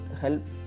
help